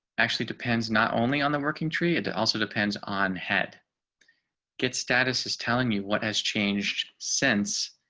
actually depends not only on the working tree. it also depends on head get status is telling you what has changed since